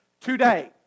today